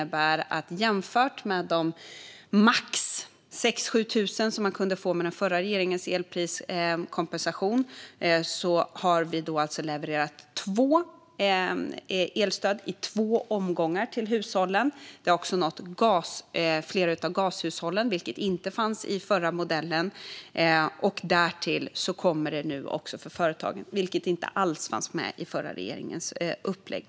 Jämfört med de max 6 000-7 000 som man kunde få med den förra regeringens elpriskompensation har vi alltså levererat två elstöd i två omgångar till hushållen. De har också nått flera av gashushållen, vilket inte fanns i förra modellen. Därtill kommer det nu också för företagen, vilket inte heller fanns med i den förra regeringens upplägg.